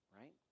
right